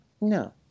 No